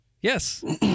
Yes